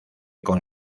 con